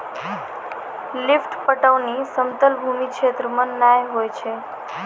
lift पटौनी समतल भूमी क्षेत्र मे नै होय छै